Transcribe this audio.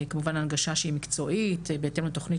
כמובן הנגשה שהיא מקצועית בהתאם לתוכנית